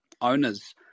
owners